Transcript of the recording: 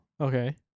okay